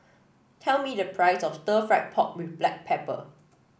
tell me the price of Stir Fried Pork with Black Pepper